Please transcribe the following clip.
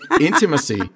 intimacy